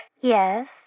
Yes